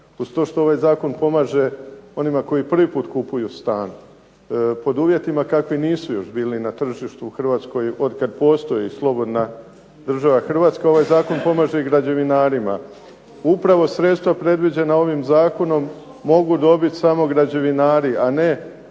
Uz to što ovaj Zakon pomaže onima koji prvi puta kupuju stan, pod uvjetima koji nisu bili još na tržištu u Hrvatskoj otkada postoji slobodna država Hrvatska, ovaj Zakon pomaže i građevinarima. Upravo sredstva predviđena ovim Zakonom mogu dobiti samo građevinari a ne